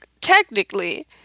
technically